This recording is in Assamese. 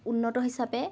উন্নত হিচাপে